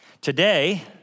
Today